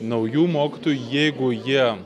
naujų mokytojų jeigu jie